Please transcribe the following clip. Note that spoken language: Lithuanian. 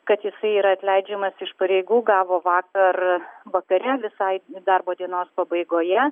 kad jis yra atleidžiamas iš pareigų gavo vakar vakare visai darbo dienos pabaigoje